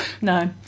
No